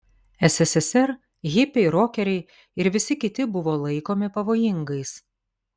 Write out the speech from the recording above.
sssr hipiai rokeriai ir visi kiti buvo laikomi pavojingais